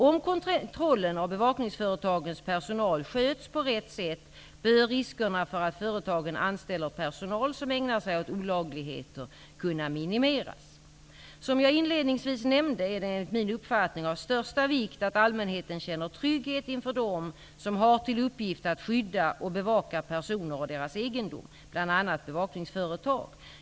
Om kontrollen av bevakningsföretagets personal sköts på rätt sätt bör riskerna för att företagen anställer personal som ägnar sig åt olagligheter kunna minimeras. Som jag inledningsvis nämnde, är det enligt min uppfattning av största vikt att allmänheten känner trygghet inför dem som har till uppgift att skydda och bevaka personer och deras egendom, bl.a. bevakningsföretag.